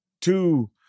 two